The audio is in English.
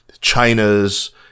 China's